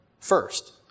First